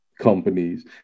companies